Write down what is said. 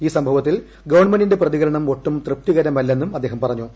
ഈ സംഭവത്തിൽ ഗവൺമെന്റിന്റെ പ്രതികരണം ഒട്ടും തൃപ്തികരമല്ലെന്നും അദ്ദേഹം പറഞ്ഞു